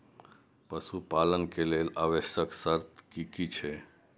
पशु पालन के लेल आवश्यक शर्त की की छै?